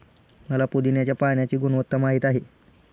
मला पुदीन्याच्या पाण्याची गुणवत्ता माहित आहे